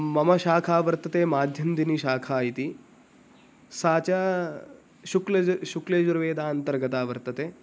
मम शाखा वर्तते माध्यंदिनी शाखा इति सा च शुक्लयजुः शुक्लयजुर्वेदान्तर्गता वर्तते